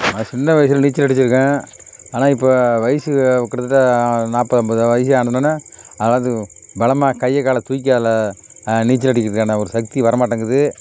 நான் சின்ன வயசில் நீச்சல் அடித்திருக்கேன் ஆனால் இப்போ வயது கிட்டத்தட்ட நாற்பது ஐம்பது வயது ஆனவோன்னே அதாவது பலமாக கையை காலை தூக்கி அதில் நீச்சல் அடிக்கிறதுக்கான ஒரு சக்தி வர மாட்டேங்குது